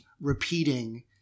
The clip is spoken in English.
repeating